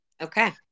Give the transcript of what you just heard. Okay